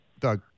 Doug